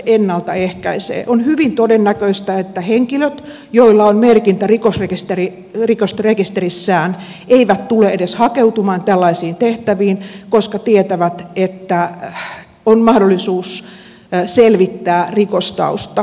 on hyvin todennäköistä että henkilöt joilla on merkintä rikosrekisterissään eivät tule edes hakeutumaan tällaisiin tehtäviin koska tietävät että on mahdollisuus selvittää rikostausta